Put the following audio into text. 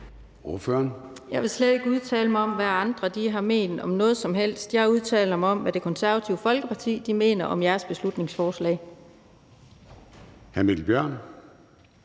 (KF): Jeg vil slet ikke udtale mig om, hvad andre har ment om noget som helst. Jeg udtaler mig om, hvad Det Konservative Folkeparti mener om jeres beslutningsforslag. Kl. 10:58